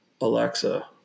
Alexa